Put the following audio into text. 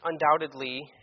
undoubtedly